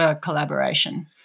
collaboration